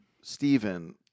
Stephen